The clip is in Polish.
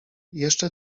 jeszcze